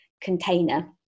container